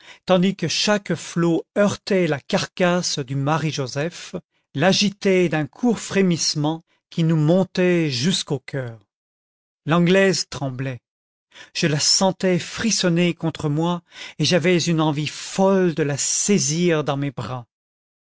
tandis que chaque flot heurtait la carcasse du marie joseph l'agitait d'un court frémissement qui nous montait jusqu'au coeur l'anglaise tremblait je la sentais frissonner contre moi et j'avais une envie folle de la saisir dans mes bras